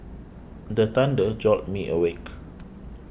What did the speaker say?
the thunder jolt me awake